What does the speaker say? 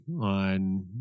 on